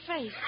face